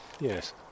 Yes